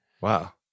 Wow